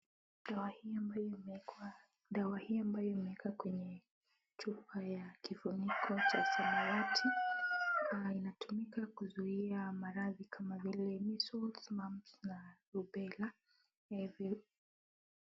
Dawa hii ambayo imewekwa kwenye chupa ya kifuniko cha samawati, na inatumika kuzuia maradhi kama vile measles, mumps na rubella.